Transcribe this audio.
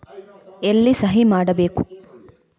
ಎಲ್ಲಿ ಸಹಿ ಮಾಡಬೇಕು?